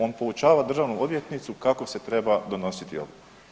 On poučava državnu odvjetnicu kako se treba donositi odluka.